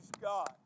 God